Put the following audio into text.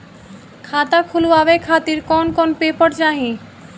खाता खुलवाए खातिर कौन कौन पेपर चाहीं?